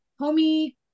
homie